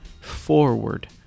forward